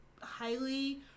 highly